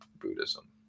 Buddhism